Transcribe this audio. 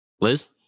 Liz